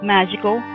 Magical